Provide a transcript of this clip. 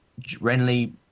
Renly